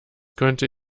könnte